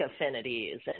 affinities